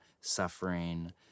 suffering